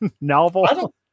novel